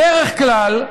בדרך כלל,